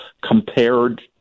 compared